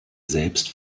selbst